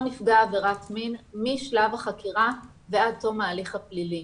נפגע עבירת מין משלב החקירה ועד תום ההליך הפלילי.